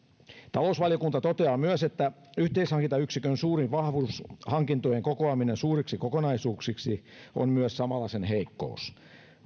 talousvaliokunta toteaa myös että yhteishankintayksikön suurin vahvuus hankintojen kokoaminen suuriksi kokonaisuuksiksi on samalla sen heikkous